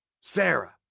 Sarah